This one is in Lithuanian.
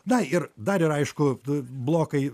na ir dar ir aišku du blokai